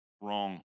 wrong